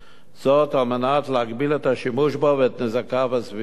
על מנת להגביל את השימוש בו ואת נזקיו הסביבתיים.